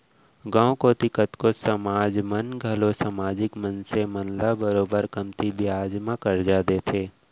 गॉंव कोती कतको समाज मन घलौ समाजिक मनसे मन ल बरोबर कमती बियाज म करजा देथे